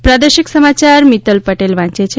પ્રાદેશિક સમાચાર મિત્તલ પટેલ વાંચ છે